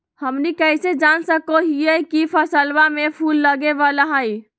हमनी कइसे जान सको हीयइ की फसलबा में फूल लगे वाला हइ?